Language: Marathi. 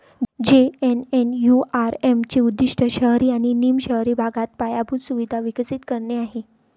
जे.एन.एन.यू.आर.एम चे उद्दीष्ट शहरी आणि निम शहरी भागात पायाभूत सुविधा विकसित करणे आहे